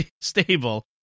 stable